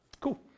Cool